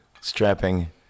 strapping